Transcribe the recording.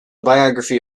biography